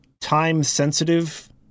time-sensitive